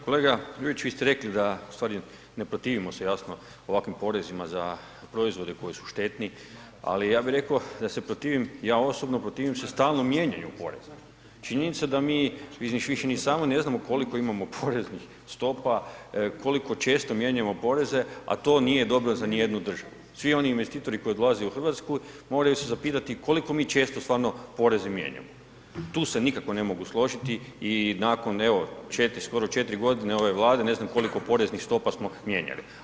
Kolega Đujić, vi ste rekli da u stvari ne protivimo se jasno ovakvim porezima za proizvode koji su štetni, ali ja bi reko da se protivim, ja osobno protivim se, stalno mijenjaju poreze, činjenica da mi više ni sami ne znamo koliko imamo poreznih stopa, koliko često mijenjamo poreze, a to nije dobro za nijednu državu, svi oni investitori koji dolaze u RH moraju se zapitati koliko mi često stvarno poreze mijenjamo, tu se nikako ne mogu složiti i nakon evo 4, skoro 4.g. ove Vlade ne znam koliko poreznih stopa smo mijenjali.